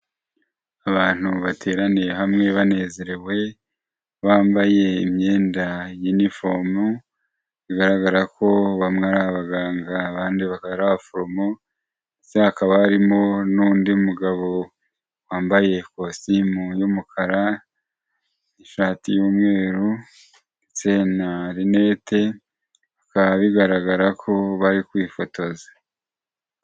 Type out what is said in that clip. Abantu bateraniye hamwe banezerewe, bambaye imyenda y'inifomu bigaragara ko bamwe ari abaganga abandi bakaba ari abaforomo ndetse hakaba harimo n'undi mugabo wambaye ikositimu y'umukara, ishati y'umweru ndetse na rinete bikaba bigaragara ko bari kwifotoza.